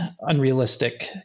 unrealistic